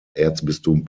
erzbistum